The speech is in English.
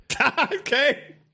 Okay